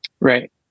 Right